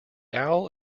owl